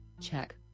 check